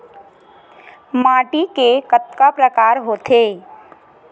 माटी के कतका प्रकार होथे?